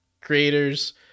creators